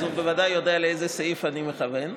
אז הוא בוודאי יודע לאיזה סעיף אני מכוון.